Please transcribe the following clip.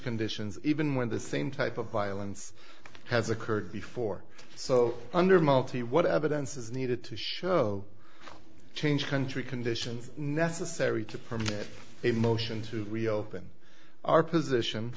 conditions even when the same type of violence has occurred before so under multi what evidence is needed to show change country conditions necessary to permit a motion to reopen our position